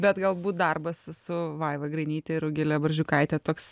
bet galbūt darbas su vaiva grainyte ir rugile barzdžiukaite toks